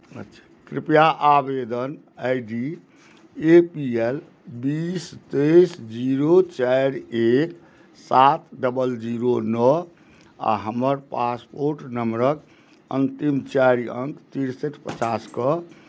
कृपया आवेदन I D A P L बीस तेइस जीरो चारि एक सात डबल जीरो नओ आ हमर पासपोर्ट नम्बरक अन्तिम चारि अङ्क तिरसठि पचासके